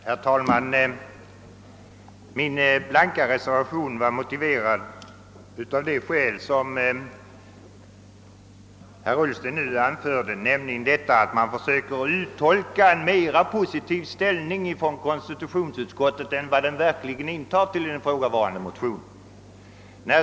Herr talman! Min blanka reservation har föranletts av det skäl som herr Ullsten nu anförde, nämligen att man kunde försöka uttolka en mera positiv inställning hos konstitutionsutskottet än utskottet verkligen intar till de ifrågavarande motionerna.